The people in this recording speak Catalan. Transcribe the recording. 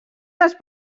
les